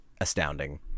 astounding